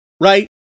right